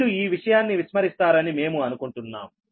మీరు ఈ విషయాన్ని విస్మరిస్తారని మేము అనుకుంటున్నాము